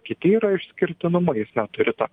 kiti yra išskirtinumai jis neturi to